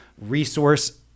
resource